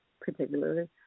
particularly